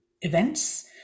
events